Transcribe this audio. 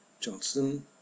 johnson